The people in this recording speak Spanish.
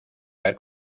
caer